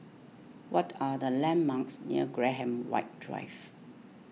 what are the landmarks near Graham White Drive